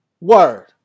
Word